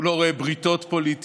הוא לא רואה בריתות פוליטיות,